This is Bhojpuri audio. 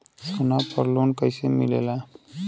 सोना पर लो न कइसे मिलेला?